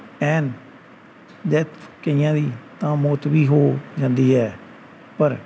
ਐਨ ਜਾਂ ਕਈਆਂ ਦੀ ਤਾਂ ਮੌਤ ਵੀ ਹੋ ਜਾਂਦੀ ਹੈ ਪਰ